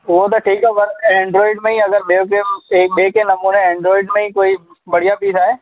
उहो त ठीकु आहे बाक़ी एन्ड्राइड में ई अगरि ॿियो ॿिए के नमूने एन्ड्राइड में ई कोई बढ़िया पीस आहे